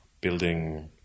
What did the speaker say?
building